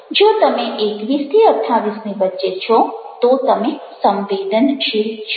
જો તમે 21 28 ની વચ્ચે છો તો તમે સંવેદનશીલ છો